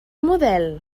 model